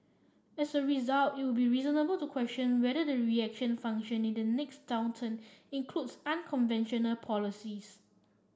as a result it would be reasonable to question whether the reaction function in the next downturn includes unconventional policies